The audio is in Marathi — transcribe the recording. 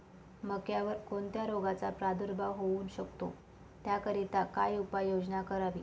मक्यावर कोणत्या रोगाचा प्रादुर्भाव होऊ शकतो? त्याकरिता काय उपाययोजना करावी?